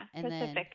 Pacific